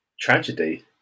tragedy